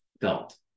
felt